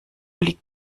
liegt